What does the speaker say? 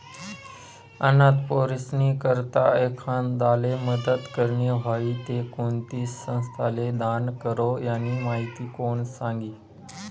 अनाथ पोरीस्नी करता एखांदाले मदत करनी व्हयी ते कोणती संस्थाले दान करो, यानी माहिती कोण सांगी